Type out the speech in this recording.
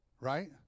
right